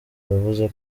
wavuze